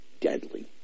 deadly